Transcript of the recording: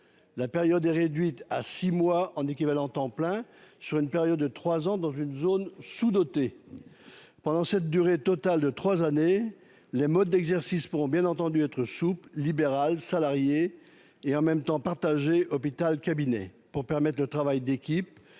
La période est réduite à six mois en équivalent temps plein sur une période de trois ans dans une zone sous-dotée. Pendant cette durée totale de trois années, les modes d'exercice pourront, bien entendu, être souples- libéral, salarié, temps partagé hôpital-cabinet -pour permettre le travail d'équipe